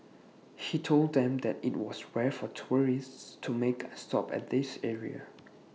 he told them that IT was rare for tourists to make A stop at this area